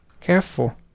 Careful